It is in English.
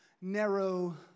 narrow